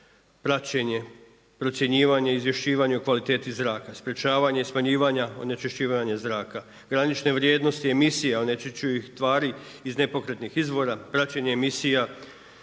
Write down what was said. praćenje, procjenjivanje, izvješćivanje o kvaliteti zraka, sprječavanje smanjivanja, onečišćivanje zraka, granične vrijednosti emisija onečišćujući tvari iz nepokretnih izvora, praćenje emisija,